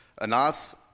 anas